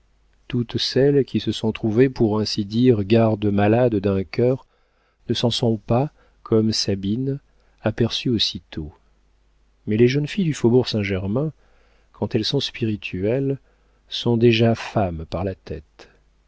toutes celles qui se sont trouvées pour ainsi dire gardes-malades d'un cœur ne s'en sont pas comme sabine aperçues aussitôt mais les jeunes filles du faubourg saint-germain quand elles sont spirituelles sont déjà femmes par la tête